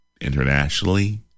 internationally